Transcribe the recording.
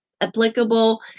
applicable